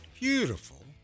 beautiful